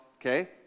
okay